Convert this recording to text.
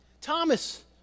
Thomas